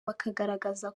bakagaragaza